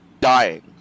dying